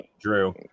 Drew